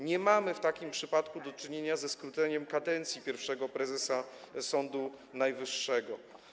Nie mamy w takim przypadku do czynienia ze skróceniem kadencji pierwszego prezesa Sądu Najwyższego.